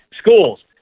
schools